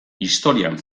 historian